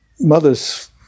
mother's